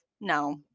no